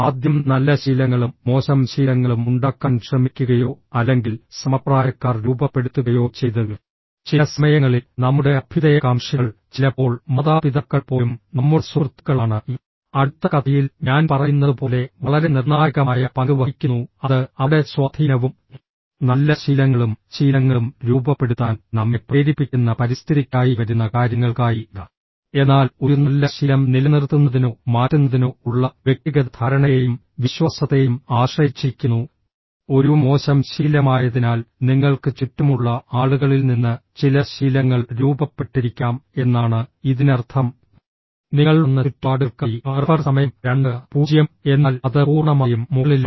ആദ്യം നല്ല ശീലങ്ങളും മോശം ശീലങ്ങളും ഉണ്ടാക്കാൻ ശ്രമിക്കുകയോ അല്ലെങ്കിൽ സമപ്രായക്കാർ രൂപപ്പെടുത്തുകയോ ചെയ്തു ചില സമയങ്ങളിൽ നമ്മുടെ അഭ്യുദയകാംക്ഷികൾ ചിലപ്പോൾ മാതാപിതാക്കൾ പോലും നമ്മുടെ സുഹൃത്തുക്കളാണ് അടുത്ത കഥയിൽ ഞാൻ പറയുന്നതുപോലെ വളരെ നിർണായകമായ പങ്ക് വഹിക്കുന്നു അത് അവിടെ സ്വാധീനവും നല്ല ശീലങ്ങളും ശീലങ്ങളും രൂപപ്പെടുത്താൻ നമ്മെ പ്രേരിപ്പിക്കുന്ന പരിസ്ഥിതിക്കായി വരുന്ന കാര്യങ്ങൾക്കായി എന്നാൽ ഒരു നല്ല ശീലം നിലനിർത്തുന്നതിനോ മാറ്റുന്നതിനോ ഉള്ള വ്യക്തിഗത ധാരണയെയും വിശ്വാസത്തെയും ആശ്രയിച്ചിരിക്കുന്നു ഒരു മോശം ശീലമായതിനാൽ നിങ്ങൾക്ക് ചുറ്റുമുള്ള ആളുകളിൽ നിന്ന് ചില ശീലങ്ങൾ രൂപപ്പെട്ടിരിക്കാം എന്നാണ് ഇതിനർത്ഥം നിങ്ങൾ വന്ന ചുറ്റുപാടുകൾക്കായി എന്നാൽ അത് പൂർണ്ണമായും മുകളിലാണ്